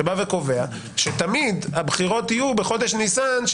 שבא וקובע שתמיד הבחירות יהיו בחודש ניסן,